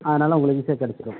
அதனால் உங்களுக்கு ஈசியா கிடச்சிடும்